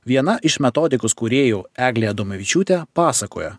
viena iš metodikos kūrėjų eglė adomavičiūtė pasakojo